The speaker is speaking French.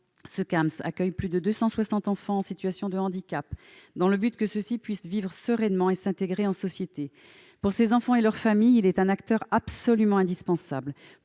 Ce Camsp accueille plus de 260 enfants en situation de handicap, dans le but que ceux-ci puissent vivre sereinement et s'intégrer dans la société. Pour ces enfants et leurs familles, il est un acteur absolument indispensable.